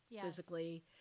physically